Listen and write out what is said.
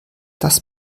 das